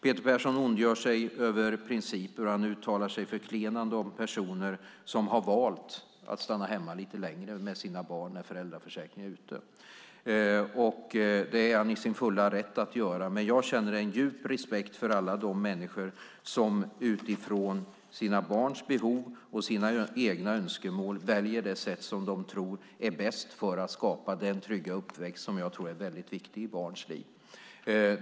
Peter Persson ondgör sig över principer och uttalar sig förklenande om personer som har valt att stanna hemma lite längre med sina barn när föräldraförsäkringen upphör, och det är han i sin fulla rätt att göra. Men jag känner en djup respekt för alla de människor som utifrån sina barns behov och sina egna önskemål väljer det sätt som de tror är bäst för att skapa den trygga uppväxt som jag tror är väldigt viktig i barns liv.